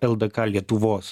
ldk lietuvos